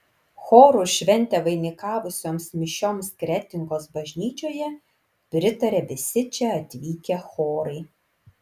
chorų šventę vainikavusioms mišioms kretingos bažnyčioje pritarė visi čia atvykę chorai